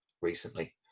recently